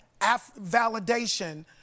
validation